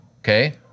Okay